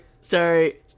sorry